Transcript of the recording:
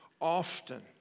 often